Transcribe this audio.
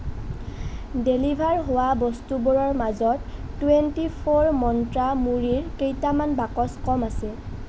deliver হোৱা বস্তুবোৰৰ মাজত টুৱেণ্টি ফ'ৰ মন্ত্ৰা মুড়ীৰ কেইটামান বাকচ কম আছে